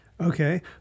Okay